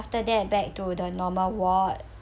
after that back to the normal ward